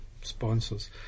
sponsors